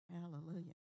Hallelujah